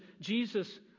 Jesus